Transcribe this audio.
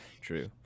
True